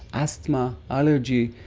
asthma, allergy,